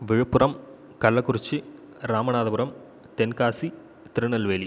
Villupuram Kallakurichi Ramanathapuram Tenkasi Tirunelveli